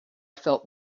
felt